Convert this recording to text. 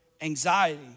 anxiety